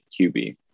QB